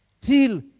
Till